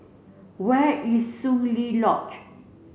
where is Soon Lee lodge